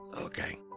Okay